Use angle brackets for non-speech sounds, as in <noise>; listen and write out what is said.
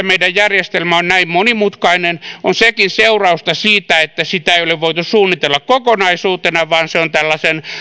<unintelligible> meidän järjestelmämme on näin monimutkainen on sekin seurausta siitä että sitä ei ole voitu suunnitella kokonaisuutena vaan se on tällaisen